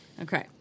Okay